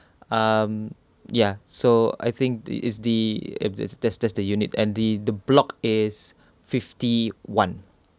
um ya so I think is the that's that's the unit and the the block is fifty-one